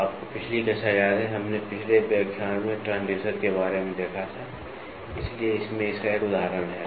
तो आपको पिछली कक्षा याद है हमने पिछले व्याख्यान में ट्रांसड्यूसर के बारे में देखा था इसलिए इसमें इसका एक उदाहरण है